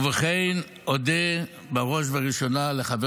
ובכן, אודה בראש ובראשונה לחבר